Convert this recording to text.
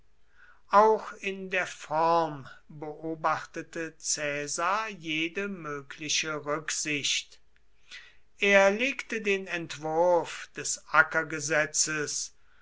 auch in der form beobachtete caesar jede mögliche rücksicht er legte den entwurf des